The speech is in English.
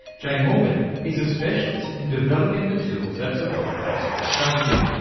jay morgan is a specialist in developing the tools that support that sort of strategy.